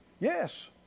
Yes